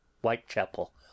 Whitechapel